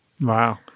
Wow